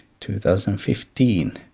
2015